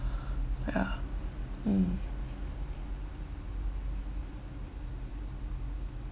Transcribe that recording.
ya mm